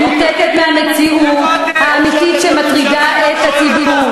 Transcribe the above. מנותקת מהמציאות האמיתית שמטרידה את הציבור?